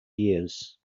years